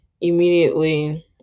immediately